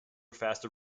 faster